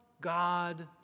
God